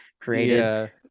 created